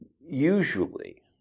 Usually